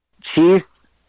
Chiefs